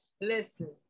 Listen